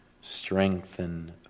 strengthen